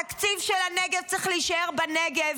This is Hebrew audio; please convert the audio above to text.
התקציב של הנגב צריך להישאר בנגב,